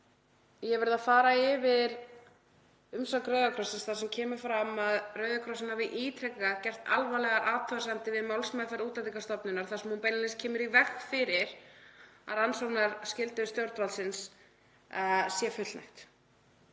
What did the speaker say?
Ég hef verið að fara yfir umsögn Rauða krossins þar sem kemur fram að Rauði krossinn hafi ítrekað gert alvarlegar athugasemdir við málsmeðferð Útlendingastofnunar þar sem hún beinlínis kemur í veg fyrir að rannsóknarskyldu stjórnvaldsins sé fullnægt